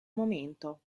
momento